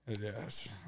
Yes